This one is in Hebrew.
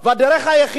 הדרך היחידה,